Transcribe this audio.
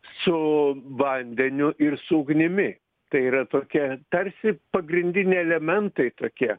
su vandeniu ir su ugnimi tai yra tokia tarsi pagrindiniai elementai tokie